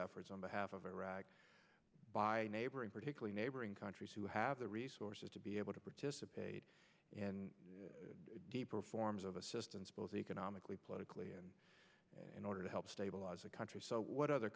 efforts on behalf of iraq by neighboring particularly neighboring countries who have the resources to be able to participate and deeper forms of assistance both economically politically and in order to help stabilize the country so what other